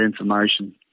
information